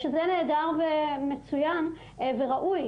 שזה נהדר ומצויין וראוי.